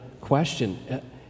question